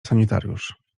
sanitariusz